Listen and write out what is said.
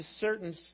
certain